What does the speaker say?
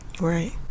Right